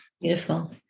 Beautiful